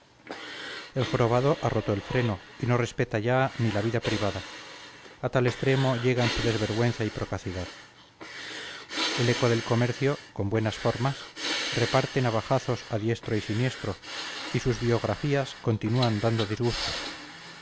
el jorobado ha roto el freno y no respeta ya ni la vida privada a tal extremo llegan su desvergüenza y procacidad el eco del comercio con buenas formas reparte navajazos a diestro y siniestro y sus biografías continúan dando disgustos